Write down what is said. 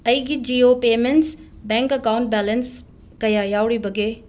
ꯑꯩꯒꯤ Jio payments bank account balance ꯀꯌꯥ ꯌꯥꯎꯔꯤꯕꯒꯦ